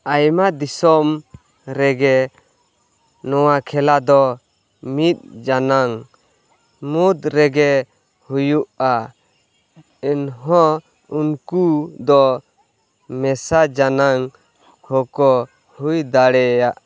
ᱟᱭᱢᱟ ᱫᱤᱥᱚᱢ ᱨᱮᱜᱮ ᱱᱚᱣᱟ ᱠᱷᱮᱞᱟ ᱫᱚ ᱢᱤᱫ ᱡᱟᱱᱟᱝ ᱢᱩᱫᱽᱨᱮᱜᱮ ᱦᱩᱭᱩᱜᱼᱟ ᱮᱱᱦᱚᱸ ᱩᱱᱠᱩ ᱫᱚ ᱢᱮᱥᱟ ᱡᱟᱱᱟᱝ ᱦᱚᱸᱠᱚ ᱦᱩᱭ ᱫᱟᱲᱮᱭᱟᱜᱼᱟ